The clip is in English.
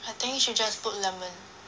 I think she just put lemon